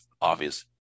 obvious